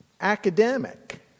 academic